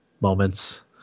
Moments